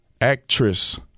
actress